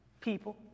people